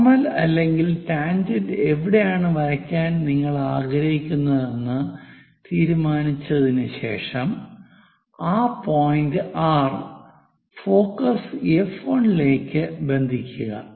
normal അല്ലെങ്കിൽ tangent എവിടെയാണ് വരയ്ക്കാൻ നിങ്ങൾ ആഗ്രഹിക്കുന്നതെന്ന് തീരുമാനിച്ചതിന് ശേഷം ആ പോയിന്റ് R ഫോക്കസ് F1 ലേക്ക് ബന്ധിപ്പിക്കുക